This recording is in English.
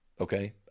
Okay